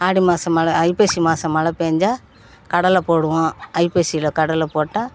ஆடி மாசம் மழை ஐப்பசி மாசம் மழை பேய்ஞ்சா கடலை போடுவோம் ஐப்பசியில் கடலை போட்டால்